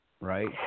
right